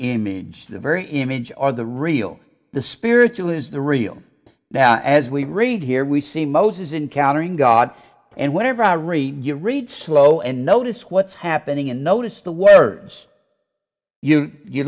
image the very image are the real the spiritual is the real now as we read here we see moses encountering god and whenever i read you read slow and notice what's happening and notice the words you you